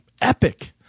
Epic